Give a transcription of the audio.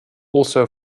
also